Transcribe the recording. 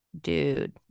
dude